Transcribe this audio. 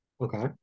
Okay